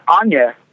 Anya